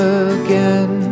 again